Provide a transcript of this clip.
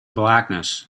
blackness